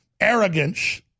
Arrogance